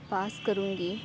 پاس کروں گی